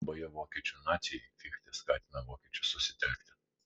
kalboje vokiečių nacijai fichtė skatina vokiečius susitelkti